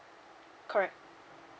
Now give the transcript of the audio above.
correct